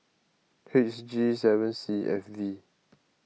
H G seven C F V